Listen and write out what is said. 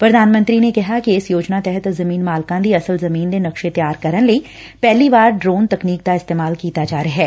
ਪ੍ਰਧਾਨ ਮੰਤਰੀ ਨੇ ਕਿਹਾ ਕਿ ਇਸ ਯੋਜਨਾ ਤਹਿਤ ਜ਼ਮੀਨ ਮਾਲਕਾਂ ਦੇ ਅਸਲ ਜ਼ਮੀਨ ਦੇ ਨਕਸ਼ੇ ਤਿਆਰ ਕਰਨ ਲਈ ਪਹਿਲੀ ਵਾਰ ਡਰੋਨ ਤਕਨੀਕ ਦਾ ਇਸਤੇਮਾਲ ਕੀਤਾ ਜਾ ਰਿਹੈ